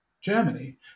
Germany